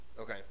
Okay